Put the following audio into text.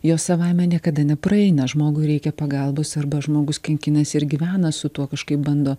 jos savaime niekada nepraeina žmogui reikia pagalbos arba žmogus kankinasi ir gyvena su tuo kažkaip bando